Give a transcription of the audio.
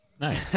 nice